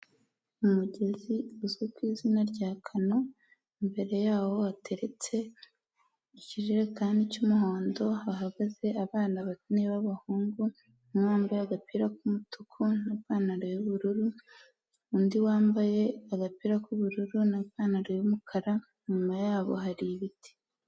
Umugezi uzwi ku izina rya kano, imbere yaho hateretse ikijerekani cy'umuhondo, hahagaze abana bane b'abahungu, umwe wambaye agapira k'umutuku n'ipantaro y'ubururu, undi wambaye agapira k'ubururu n'ipantaro y'umukara, inyuma yabo hari ibiti.